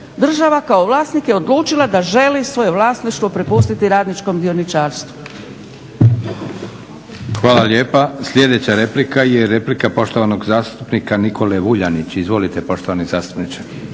Država kao vlasnik je odlučila da želi svoje vlasništvo prepustiti radničkom dioničarstvu.